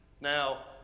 Now